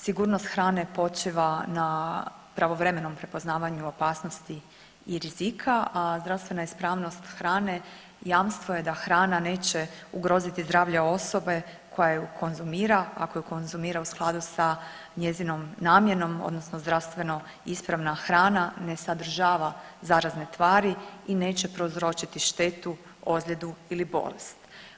Sigurnost hrane počiva na pravovremenom prepoznavanju opasnosti i rizika, a zdravstvena ispravnost hrane jamstvo je da hrana neće ugroziti zdravlje osobe koja je konzumira, ako je konzumira u skladu sa njezinom namjenom, odnosno zdravstveno ispravna hrana ne sadržava zarazne tvari i neće prouzročiti štetu, ozljedu ili bolest.